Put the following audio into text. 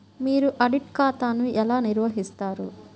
మీరు ఆడిట్ ఖాతాను ఎలా నిర్వహిస్తారు?